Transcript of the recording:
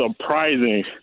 surprising